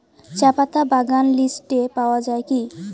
চাপাতা বাগান লিস্টে পাওয়া যায় কি?